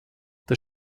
das